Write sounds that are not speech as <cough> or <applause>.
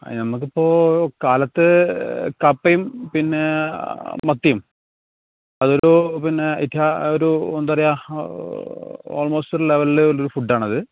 നമുക്കിപ്പോൾ കാലത്ത് കപ്പയും പിന്നെ മത്തിയും അതൊരു പിന്നെ <unintelligible> ഒരു എന്താണ് പറയുക ഓൾമോസ്റ്റ് ഒരു ലെവലിലെ ഒരു ഫുഡ് ആണത്